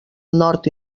nord